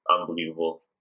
unbelievable